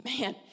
Man